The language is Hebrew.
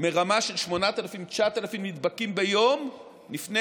מרמה של 9,000-8,000 נדבקים ביום רק לפני